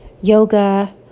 yoga